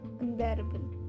unbearable